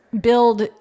build